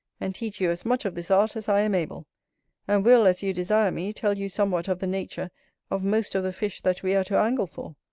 and teach you as much of this art as i am able and will, as you desire me, tell you somewhat of the nature of most of the fish that we are to angle for,